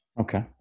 Okay